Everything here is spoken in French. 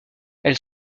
elle